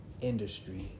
industry